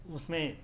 اس میں